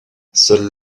seul